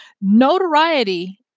notoriety